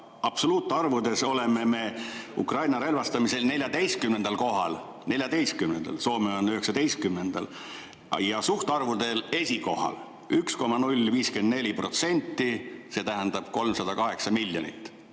Absoluutarvudes oleme me Ukraina relvastamisel 14. kohal, Soome on 19. kohal. Suhtarvuna võttes oleme esikohal – 1,054%, see tähendab 308 miljonit.